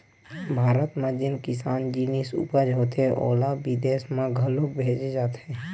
भारत म जेन किसानी जिनिस उपज होथे ओला बिदेस म घलोक भेजे जाथे